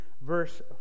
verse